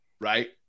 Right